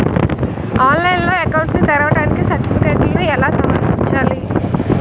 ఆన్లైన్లో అకౌంట్ ని తెరవడానికి సర్టిఫికెట్లను ఎలా సమర్పించాలి?